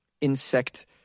insect